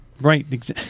Right